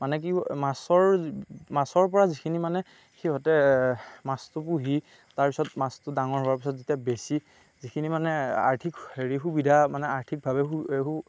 মানে কি মাছৰ মাছৰ পৰা যিখিনি মানে সিহঁতে মাছটো পোহি তাৰ পাছত মাছটো ডাঙৰ হোৱাৰ পাছত যেতিয়া বেচি যিখিনি মানে আৰ্থিক সুবিধা মানে হেৰি আৰ্থিকভাৱে